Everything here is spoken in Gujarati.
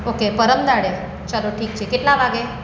ઓકે પરમ દહાડે ચાલો ઠીક છે કેટલા વાગ્યે